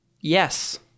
Yes